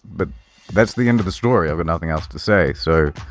but that's the end of the story. i've and nothing else to say, so.